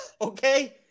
okay